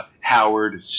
Howard